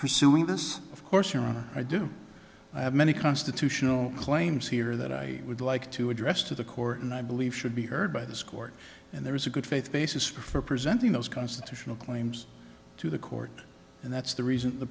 pursuing this of course your honor i do i have many constitutional claims here that i would like to address to the court and i believe should be heard by this court and there is a good faith basis for presenting those constitutional claims to the court and that's the reason the